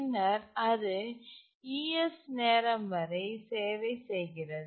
பின்னர் அது es நேரம் வரை சேவை செய்கிறது